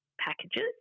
packages